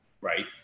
right